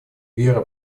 вера